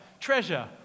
Treasure